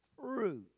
fruit